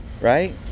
right